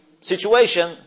situation